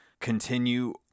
continue